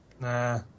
Nah